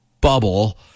bubble